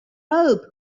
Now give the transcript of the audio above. robe